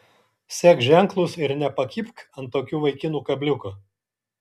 sek ženklus ir nepakibk ant tokių vaikinų kabliuko